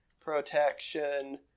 protection